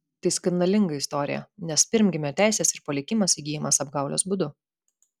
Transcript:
tai skandalinga istorija nes pirmgimio teisės ir palikimas įgyjamas apgaulės būdu